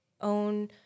own